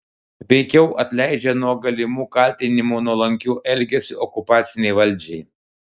veikiau atleidžia nuo galimų kaltinimų nuolankiu elgesiu okupacinei valdžiai